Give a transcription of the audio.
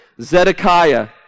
Zedekiah